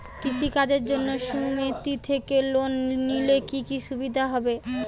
কৃষি কাজের জন্য সুমেতি থেকে লোন নিলে কি কি সুবিধা হবে?